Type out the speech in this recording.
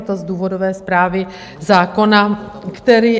Je to z důvodové zprávy zákona, který...